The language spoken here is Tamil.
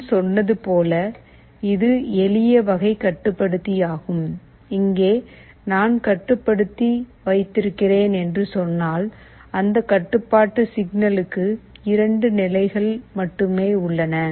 நான் சொன்னது போல இது எளிய வகை கட்டுப்படுத்தியாகும் இங்கே நான் கட்டுப்படுத்தி வைத்திருக்கிறேன் என்று சொன்னால் அந்த கட்டுப்பாட்டு சிக்னலுக்கு 2 நிலைகள் மட்டுமே உள்ளன